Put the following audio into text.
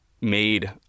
made